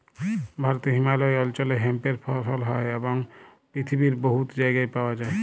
ভারতে হিমালয় অল্চলে হেম্পের ফসল হ্যয় এবং পিথিবীর বহুত জায়গায় পাউয়া যায়